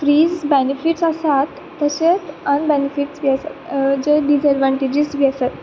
fridge benefits आसा तशेंच अनबेनिफीट्सूय आसात जे डिजएडवांनटेजीस बी आसात